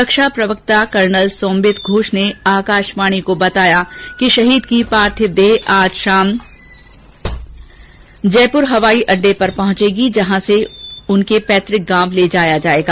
रक्षा प्रवक्ता कर्नल सोम्बित घोष ने आकाशवाणी को बताया कि शहीद की पार्थिव देह आज देर शाम जयपुर हवाई अड्डे पर पहुंचेगी जहां से उनके पैतृक गांव ले जाया जाएगा